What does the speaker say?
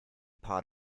part